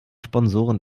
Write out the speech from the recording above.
sponsoren